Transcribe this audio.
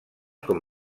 com